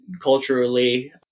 culturally